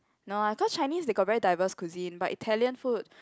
no ah cause Chinese they got very diverse cuisine but Italian food